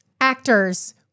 actors